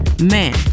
man